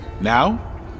Now